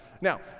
Now